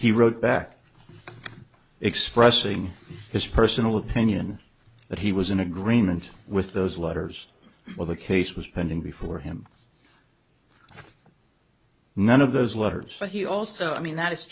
he wrote back expressing his personal opinion but he was in agreement with those letters well the case was pending before him none of those letters but he also i mean that is